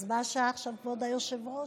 אז מה השעה עכשיו, כבוד היושב-ראש?